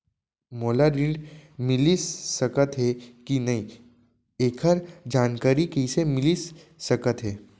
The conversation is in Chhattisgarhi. मोला ऋण मिलिस सकत हे कि नई एखर जानकारी कइसे मिलिस सकत हे?